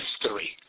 history